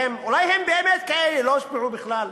אולי הם באמת כאלה, לא הושפעו בכלל,